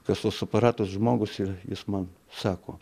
kasos aparatus žmogus ir jis man sako